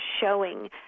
showing